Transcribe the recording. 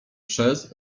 przez